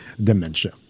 dementia